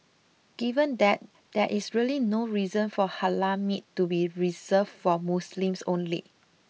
given that there is really no reason for Halal meat to be reserved for Muslims only